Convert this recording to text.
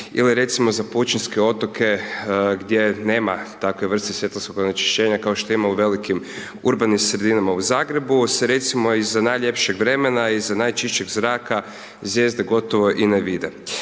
ili, recimo, za pućinske otoke gdje nema takve vrste svjetlosnog onečišćenja kao što ima u velikim urbanim sredinama u Zagrebu, …/Govornik se ne razumije/… recimo iz najljepšeg vremena, iz najčišćeg zraka, zvijezde gotovo i ne vide.